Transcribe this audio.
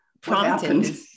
prompted